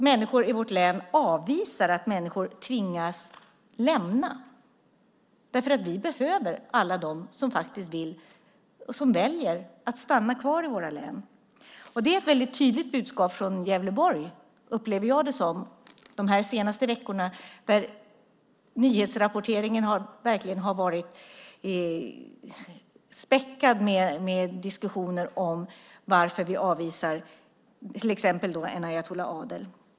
Människor i mitt hemlän ställer sig avvisande till att asylsökande tvingas lämna landet, för vi behöver alla dem som väljer att stanna kvar. Jag upplever det som ett tydligt budskap från Gävleborg där nyhetsrapporteringen under de senaste veckorna verkligen varit späckad med diskussioner om varför vi avvisar exempelvis Enayatullah Adel.